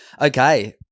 Okay